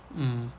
mm